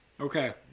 Okay